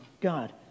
God